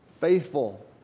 Faithful